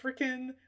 freaking